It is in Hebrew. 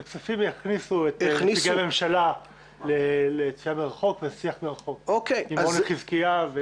בוועדת הכספים הכניסו את נציגי הממשלה לשיח מרחוק עם רוני חזקיה.